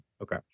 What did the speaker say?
Okay